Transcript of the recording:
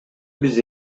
биз